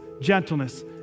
gentleness